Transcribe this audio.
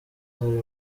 hari